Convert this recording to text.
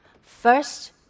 First